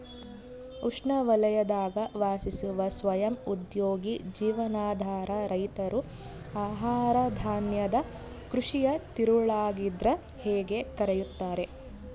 ಉಷ್ಣವಲಯದಾಗ ವಾಸಿಸುವ ಸ್ವಯಂ ಉದ್ಯೋಗಿ ಜೀವನಾಧಾರ ರೈತರು ಆಹಾರಧಾನ್ಯದ ಕೃಷಿಯ ತಿರುಳಾಗಿದ್ರ ಹೇಗೆ ಕರೆಯುತ್ತಾರೆ